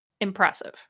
impressive